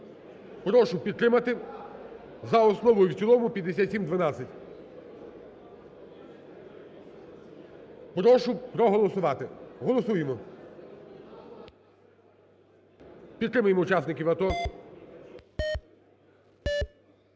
прошу підтримати за основу і в цілому 5712. Прошу проголосувати. Голосуємо. Підтримаємо учасників АТО.